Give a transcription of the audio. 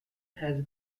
has